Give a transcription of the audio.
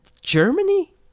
Germany